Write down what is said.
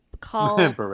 call